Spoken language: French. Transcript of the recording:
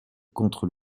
contre